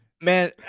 Man